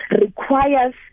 requires